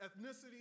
ethnicity